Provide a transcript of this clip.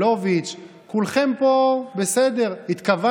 ועדת החוקה,